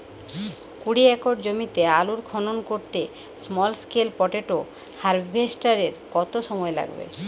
কুড়ি একর জমিতে আলুর খনন করতে স্মল স্কেল পটেটো হারভেস্টারের কত সময় লাগবে?